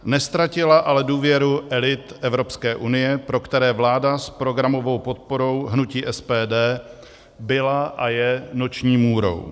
Neztratila ale důvěru elit Evropské unie, pro které vláda s programovou podporou hnutí SPD byla a je noční můrou.